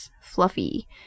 fluffy